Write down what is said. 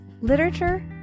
literature